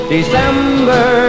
December